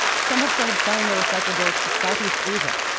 some have started selling their recyclables to southeast asia,